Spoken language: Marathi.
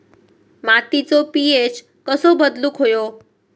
मातीचो पी.एच कसो बदलुक होयो?